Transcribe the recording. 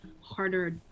harder